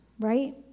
right